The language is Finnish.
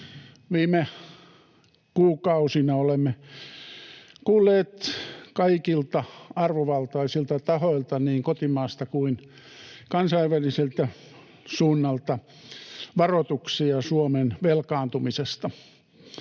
Viime kuukausina olemme kuulleet kaikilta arvovaltaisilta tahoilta niin kotimaasta kuin kansainväliseltä suunnalta varoituksia Suomen velkaantumisesta.